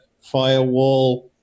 firewall